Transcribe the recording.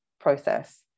process